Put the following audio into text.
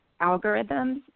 algorithms